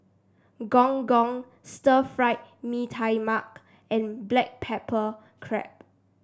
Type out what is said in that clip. Gong Gong Stir Fry Mee Tai Mak and Black Pepper Crab